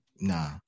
nah